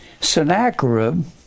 Sennacherib